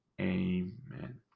Amen